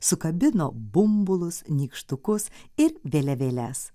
sukabino bumbulus nykštukus ir vėliavėles